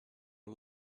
are